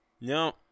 No